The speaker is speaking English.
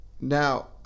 now